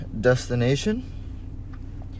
destination